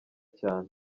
cyane